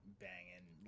banging